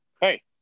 Hey